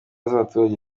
z’abaturage